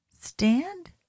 Stand